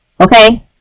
okay